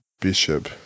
Bishop